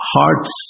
hearts